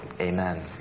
Amen